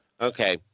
Okay